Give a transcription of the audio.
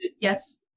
Yes